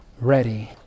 ready